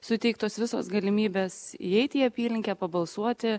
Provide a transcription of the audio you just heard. suteiktos visos galimybės įeiti į apylinkę pabalsuoti